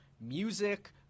music